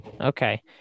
Okay